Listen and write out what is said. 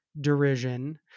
derision